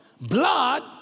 Blood